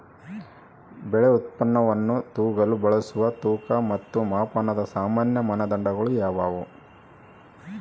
ಬೆಳೆ ಉತ್ಪನ್ನವನ್ನು ತೂಗಲು ಬಳಸುವ ತೂಕ ಮತ್ತು ಮಾಪನದ ಸಾಮಾನ್ಯ ಮಾನದಂಡಗಳು ಯಾವುವು?